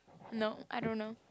no I don't know